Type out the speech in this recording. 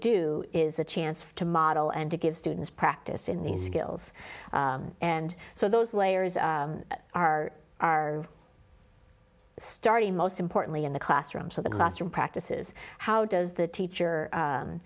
do is a chance to model and to give students practice in these skills and so those layers r r starting most importantly in the classroom so the classroom practices how does the teacher